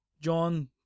John